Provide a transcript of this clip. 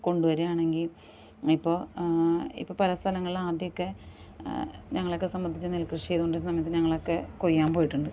കൊണ്ടുവരികയാണെങ്കിൽ ഇപ്പോൾ ഇപ്പോൾ പല സ്ഥലങ്ങളും ആദ്യമൊക്കെ ഞങ്ങളെയൊക്കെ സംബദ്ധിച്ച് നെൽകൃഷി ചെയ്തുകൊണ്ടിരിക്കുന്ന സമയത്ത് ഞങ്ങളൊക്കെ കൊയ്യാൻ പോയിട്ടുണ്ട്